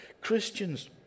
Christians